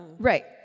Right